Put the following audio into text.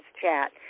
chat